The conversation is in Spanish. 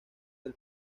del